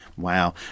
Wow